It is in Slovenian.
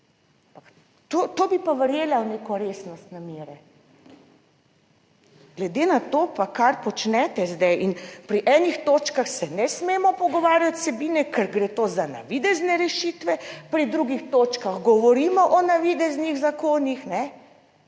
to bi pa verjela v neko resnost namere. Glede na to pa kar počnete zdaj in pri enih točkah se ne smemo pogovarjati vsebine, ker gre to za navidezne rešitve, pri drugih točkah govorimo o navideznih zakonih,